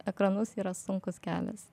ekranus yra sunkus kelias